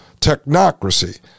technocracy